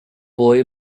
boi